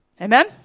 amen